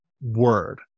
word